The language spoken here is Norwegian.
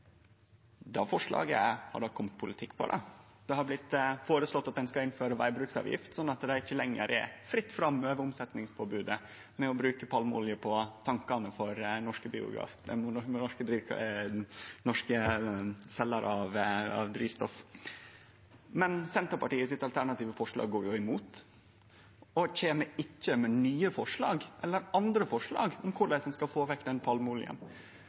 Det forslaget har det kome politikk på. Det har blitt føreslått at ein skal innføre vegbruksavgift, sånn at det ikkje lenger er fritt fram over omsettingsforbodet med å bruke palmeolje på tankane for norske seljarar av drivstoff. Men Senterpartiet sitt alternative forslag går imot og kjem ikkje med nye forslag eller andre forslag til korleis ein skal få vekk den